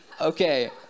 Okay